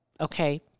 okay